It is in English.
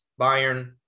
Bayern